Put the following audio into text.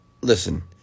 listen